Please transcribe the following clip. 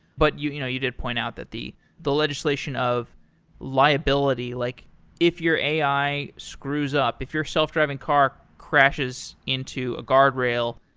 but you know you did point out that the the legislation of liability, like if your a i. screws up, if your self-driving car crashes into a guard rail,